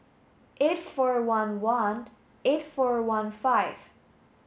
eight four one one eight four one five